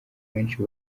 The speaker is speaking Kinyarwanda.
benshi